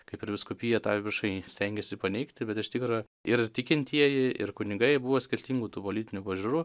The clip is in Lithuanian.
kaip ir vyskupija tą viešai stengiasi paneigti bet iš tikro ir tikintieji ir kunigai buvo skirtingų tų politinių pažiūrų